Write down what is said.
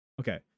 okay